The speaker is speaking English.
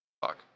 Fuck